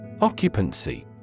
Occupancy